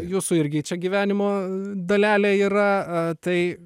jūsų irgi čia gyvenimo dalelė yra tai